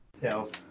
Tails